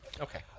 Okay